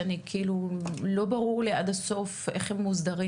שאני לא ברור לי עד הסוף איך הם מוסדרים